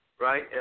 right